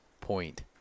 point